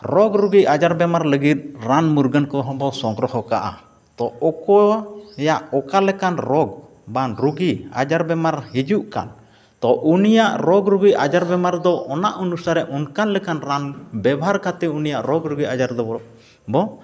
ᱨᱳᱜᱽ ᱨᱩᱜᱤ ᱟᱡᱟᱨ ᱵᱮᱢᱟᱨ ᱞᱟᱹᱜᱤᱫ ᱨᱟᱱ ᱢᱩᱨᱜᱟᱹᱱ ᱠᱚᱦᱚᱸᱵᱚᱱ ᱥᱚᱝᱜᱨᱚᱦᱚ ᱠᱟᱜᱼᱟ ᱛᱳ ᱚᱠᱚᱭᱟᱜ ᱚᱠᱟ ᱞᱮᱠᱟᱱ ᱨᱳᱜᱽ ᱵᱟᱝ ᱨᱩᱜᱤ ᱟᱡᱟᱨ ᱵᱤᱢᱟᱨ ᱦᱤᱡᱩᱜ ᱠᱟᱱ ᱛᱳ ᱩᱱᱤᱭᱟᱜ ᱨᱳᱜᱽ ᱨᱩᱜᱤ ᱟᱡᱟᱨ ᱵᱤᱢᱟᱨ ᱫᱚ ᱚᱱᱟ ᱚᱱᱩᱥᱟᱨᱮ ᱚᱱᱠᱟᱱ ᱞᱮᱠᱟᱱ ᱨᱟᱱ ᱵᱮᱵᱚᱦᱟᱨ ᱠᱟᱛᱮᱫ ᱩᱱᱤᱭᱟᱜ ᱨᱳᱜᱽ ᱨᱩᱜᱤ ᱟᱡᱟᱨ ᱫᱚᱵᱚ